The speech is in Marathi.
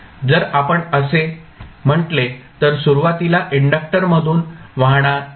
जर आपण असे म्हटले तर सुरुवातीला इंडक्टर मधून कोणताही करंट वाहात नाही